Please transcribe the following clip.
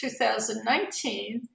2019